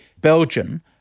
Belgian